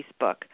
Facebook